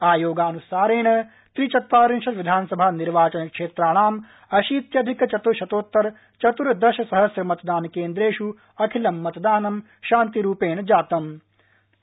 आयोगानुसारेण त्रिचत्वारिशत् विधानसभा निर्वाचन क्षेत्राणां अशीत्यधिक चतृश्शोत्तर चतुर्दश सहस्व मतदानकेन्द्रेष् अखिलं मतदानं शान्तिरूपेण जातमं